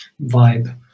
vibe